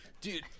Dude